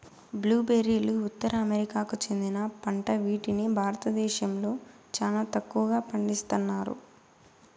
blue బెర్రీలు ఉత్తర అమెరికాకు చెందిన పంట వీటిని భారతదేశంలో చానా తక్కువగా పండిస్తన్నారు